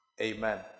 Amen